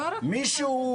מישהו,